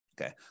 Okay